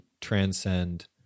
transcend